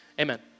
Amen